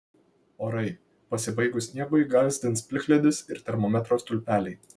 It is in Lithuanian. orai pasibaigus sniegui gąsdins plikledis ir termometro stulpeliai